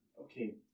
Okay